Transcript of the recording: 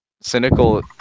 cynical